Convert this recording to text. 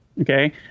Okay